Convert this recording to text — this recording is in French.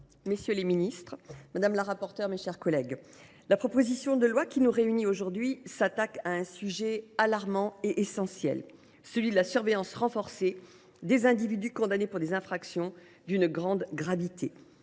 messieurs les ministres, mes chers collègues, la proposition de loi qui nous réunit aujourd’hui s’attaque à un sujet alarmant et essentiel : la surveillance renforcée des individus condamnés pour des infractions d’une grande gravité,